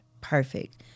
Perfect